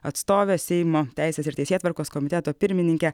atstovė seimo teisės ir teisėtvarkos komiteto pirmininkė